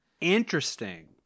Interesting